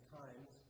times